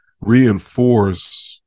reinforce